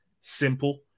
Simple